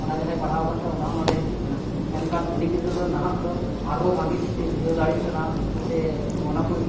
ᱚᱱᱟ ᱡᱟᱦᱟᱭ ᱯᱟᱲᱦᱟᱣ ᱟᱠᱟᱱ ᱛᱟᱦᱮᱸ ᱚᱱᱟ ᱦᱚᱸ ᱱᱚᱰᱮ ᱦᱤᱡᱩᱜ ᱠᱟᱱᱟ ᱢᱮᱱᱠᱷᱟᱱ ᱩᱱᱤ ᱜᱤᱫᱽᱨᱟᱹ ᱫᱚ ᱱᱟᱦᱟᱜ ᱫᱚ ᱟᱨᱚ ᱵᱷᱟᱜᱤ ᱴᱷᱤᱠ ᱛᱮᱭ ᱵᱩᱡᱷᱟᱹᱣ ᱫᱟᱲᱮᱭᱟᱜ ᱠᱟᱱᱟ ᱥᱮ ᱚᱱᱟ ᱠᱩᱡ